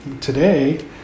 today